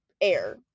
air